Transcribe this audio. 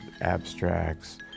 abstracts